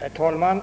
Herr talman!